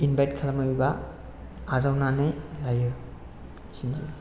इनभाइत खालामो एबा आजावनानै लायो एसेनोसै